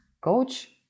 Coach